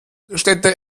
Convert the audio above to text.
städte